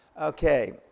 Okay